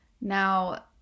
Now